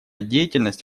деятельность